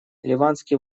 ливанские